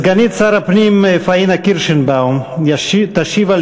סגנית שר הפנים פאינה קירשנבאום תשיב על